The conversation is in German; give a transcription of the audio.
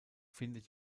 findet